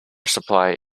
supply